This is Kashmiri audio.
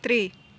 ترٛےٚ